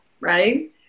right